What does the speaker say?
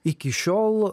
iki šiol